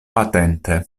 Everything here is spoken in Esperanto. atente